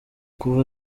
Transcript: kuva